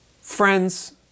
friends